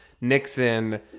nixon